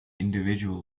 individual